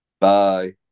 Bye